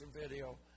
video